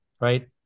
right